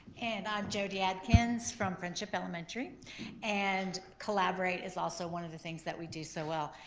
and i'm jodie adkins from friendship elementary and collaborate is also one of the things that we do so well.